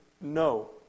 no